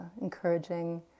encouraging